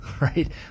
right